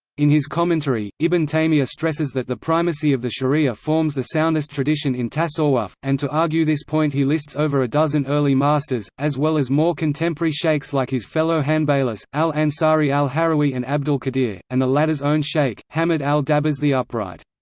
in his commentary, ibn taymiyya stresses that the primacy of the sharia forms the soundest tradition in tasawwuf, and to argue this point he lists over a dozen early masters, as well as more contemporary shaykhs like his fellow hanbalis, al-ansari al-harawi and abdul-qadir, and the latter's own shaykh, hammad al-dabbas the upright.